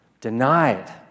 denied